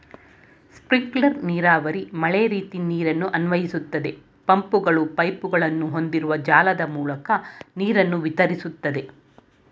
sprinkler ನೀರಾವರಿ ಮಳೆರೀತಿ ನೀರನ್ನು ಅನ್ವಯಿಸ್ತದೆ ಪಂಪ್ಗಳು ಪೈಪ್ಗಳನ್ನು ಹೊಂದಿರುವ ಜಾಲದ ಮೂಲಕ ನೀರನ್ನು ವಿತರಿಸ್ತದೆ